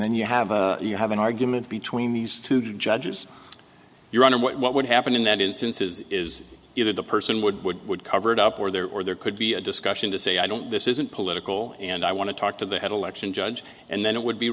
then you have you have an argument between these two judges your honor what would happen in that instance is is either the person would would would cover it up or there or there could be a discussion to say i don't this isn't political and i want to talk to the head election judge and then it would be